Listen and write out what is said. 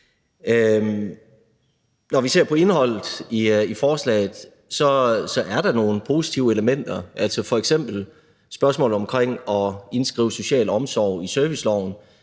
Når vi ser på indholdet i forslaget, er der nogle positive elementer, f.eks. spørgsmålet om at indskrive social omsorg i serviceloven,